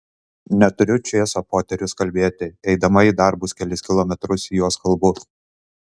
neturiu čėso poterius kalbėti eidama į darbus kelis kilometrus juos kalbu